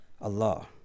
Allah